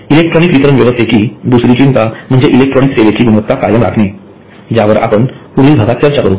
electronic वितरण व्यवस्थेची दुसरी चिंता म्हणजे इलेक्ट्रॉनिक सेवेची गुणवत्ता कायम राखणे ज्यावर आपण पुढील भागात चर्चा करू